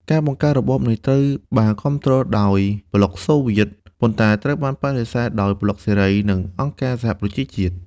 ការបង្កើតរបបនេះត្រូវបានគាំទ្រដោយប្លុកសូវៀត ប៉ុន្តែត្រូវបានបដិសេធដោយប្លុកសេរី និងអង្គការសហប្រជាជាតិ។